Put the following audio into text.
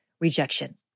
rejection